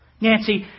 Nancy